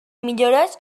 millores